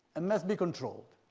and must be controlled.